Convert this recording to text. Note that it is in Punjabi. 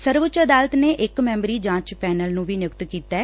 ਸਰਵਉੱਚ ਅਦਾਲਤ ਨੇ ਇਕ ਮੈਬਰੀ ਜਾਂਚ ਪੈਨਲ ਨੂੰ ਵੀ ਨਿਯੁਕਤ ਕੀਤੈ